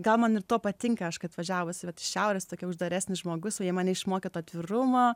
gal man ir tuo patinka aš kai važiavus vat šiaurės tokia uždaresnis žmogus o jie mane išmokė atvirumo